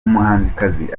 umuhanzikazi